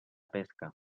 pesca